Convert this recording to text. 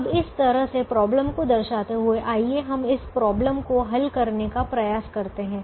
अब इस तरह से समस्या को दर्शाते हुए आइए हम इस समस्या को हल करने का प्रयास करते है